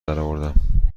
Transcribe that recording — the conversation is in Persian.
درآوردم